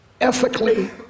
ethically